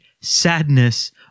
sadness